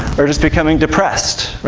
or just becoming depressed,